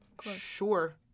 Sure